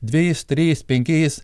dvejais trejais penkiais